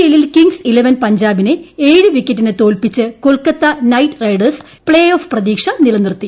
എല്ലിൽ Kings Eleven പഞ്ചാബിനെ ഏഴു വിക്കറ്റിന് തോൽപ്പിച്ച് Kolkata Knight Riders play off പ്രതീക്ഷ നിലനിർത്തി